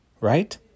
Right